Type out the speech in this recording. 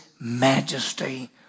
majesty